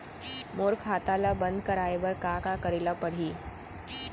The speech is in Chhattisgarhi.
मोर खाता ल बन्द कराये बर का का करे ल पड़ही?